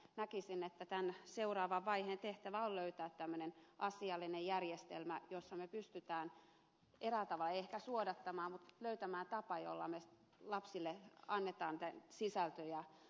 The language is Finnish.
näkisin että tämän seuraavan vaiheen tehtävä on löytää tämmöinen asiallinen järjestelmä jossa me pystymme eräällä tavalla ehkä suodattamaan mutta löytämään tapa jolla me lapsille annamme sisältöjä oikealla tavalla